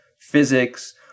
physics